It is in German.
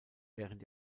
während